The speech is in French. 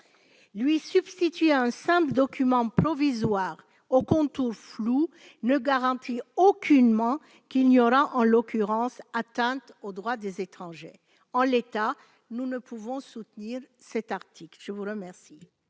Lui substituer un simple document provisoire aux contours flous ne garantit aucunement qu'il n'y aura pas, en l'occurrence, d'atteinte aux droits des étrangers. En l'état, nous ne pouvons soutenir cet article. Je suis saisie